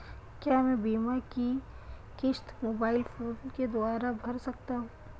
क्या मैं बीमा की किश्त मोबाइल फोन के द्वारा भर सकता हूं?